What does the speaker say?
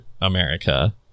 America